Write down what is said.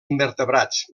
invertebrats